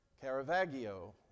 Caravaggio